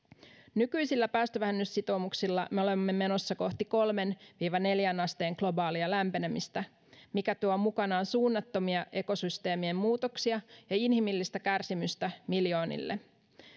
nykyisillä päästövähennyssitoumuksilla olemme menossa kohti kolmeen viiva neljään asteen globaalia lämpenemistä mikä tuo mukanaan suunnattomia ekosysteemien muutoksia ja inhimillistä kärsimystä miljoonille